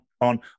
On